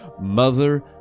mother